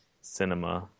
cinema